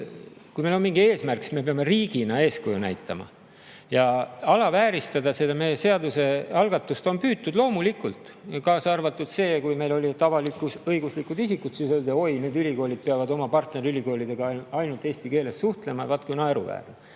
kui meil on mingi eesmärk, siis me peame riigina eeskuju näitama. Alavääristada meie seadusealgatust on püütud, loomulikult. Kaasa arvatud see, kui meil olid [kirjas] avalik-õiguslikud isikud, siis öeldi: "Oi, nüüd ülikoolid peavad oma partnerülikoolidega ainult eesti keeles suhtlema, vaat kui naeruväärne."